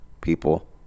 people